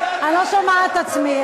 אני לא שומעת את עצמי,